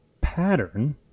pattern